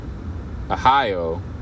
Ohio